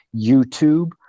YouTube